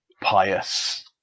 pious